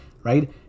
right